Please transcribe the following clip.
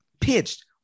pitched